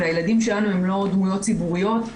והילדים שלנו הם לא דמויות ציבוריות.